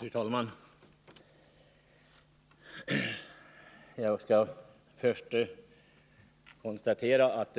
Fru talman! Jag vill först konstatera att